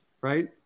Right